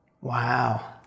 Wow